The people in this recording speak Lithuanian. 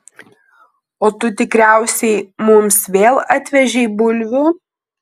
o tu tikriausiai mums vėl atvežei bulvių